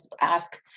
ask